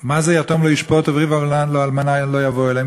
מה זה "יתום לא ישפטו וריב אלמנה לא יבוא אליהם"?